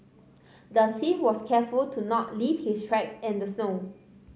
the thief was careful to not leave his tracks in the snow